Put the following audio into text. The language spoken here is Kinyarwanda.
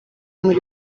muri